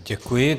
Děkuji.